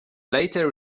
later